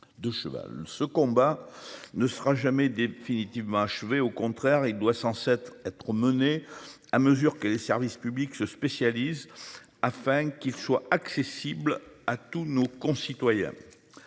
ce combat ne sera jamais définitivement achevé au contraire il doit sans cet être mené à mesure que les services publics se spécialise afin qu'il soit accessible à tous nos concitoyens.